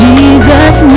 Jesus